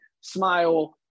smile